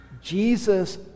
Jesus